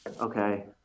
Okay